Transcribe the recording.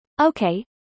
Okay